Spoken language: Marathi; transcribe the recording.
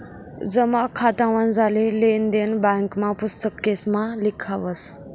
जमा खातामझारली लेन देन ब्यांकना पुस्तकेसमा लिखावस